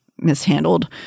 mishandled